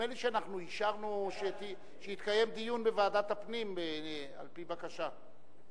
נדמה לי שאישרנו דיון בוועדת הפנים, על-פי בקשה.